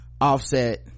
offset